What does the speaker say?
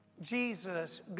Jesus